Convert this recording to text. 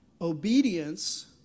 Obedience